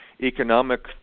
economic